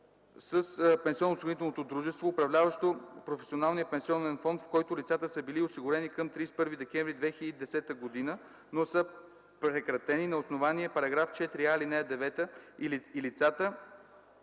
с пенсионноосигурителното дружество, управляващо професионалния пенсионен фонд, в който лицата са били осигурени към 31 декември 2010 г., но са прекратени на основание § 4а, ал. 9 и лицата